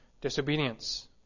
disobedience